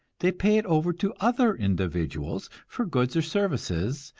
they pay it over to other individuals for goods or services,